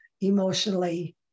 emotionally